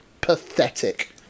pathetic